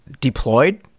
deployed